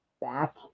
back